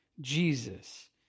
Jesus